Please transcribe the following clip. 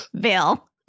Bill